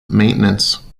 maintenance